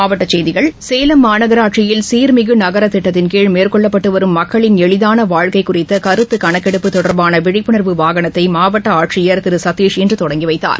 மாவட்ட செய்திகள் சேலம் மாநகராட்சியில் சீர்மிகு நகர திட்டத்தின்கீழ் மேற்கொள்ளப்பட்டு வரும் மக்களின் எளிதான வாழ்க்கை குறித்த கருத்து கணக்கெடுப்பு தொடர்பான விழிப்புணர்வு வாகனத்தை மாவட்ட ஆட்சியர் திரு சதீஷ் இன்று தொடங்கி வைத்தார்